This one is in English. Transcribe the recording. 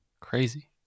Crazy